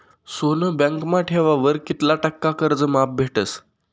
सोनं बँकमा ठेवावर कित्ला टक्का कर्ज माफ भेटस?